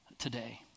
today